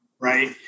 right